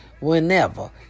whenever